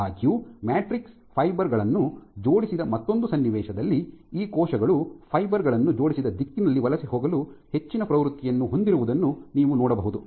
ಆದಾಗ್ಯೂ matrix fibre ಗಳನ್ನು ಜೋಡಿಸಿದ ಮತ್ತೊಂದು ಸನ್ನಿವೇಶದಲ್ಲಿ ಈ ಕೋಶಗಳು ಫೈಬರ್ ಗಳನ್ನು ಜೋಡಿಸಿದ ದಿಕ್ಕಿನಲ್ಲಿ ವಲಸೆ ಹೋಗಲು ಹೆಚ್ಚಿನ ಪ್ರವೃತ್ತಿಯನ್ನು ಹೊಂದಿರುವುದನ್ನು ನೀವು ನೋಡಬಹುದು